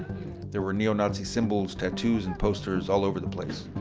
there were neo-nazi symbols tattoos and posters all over the place,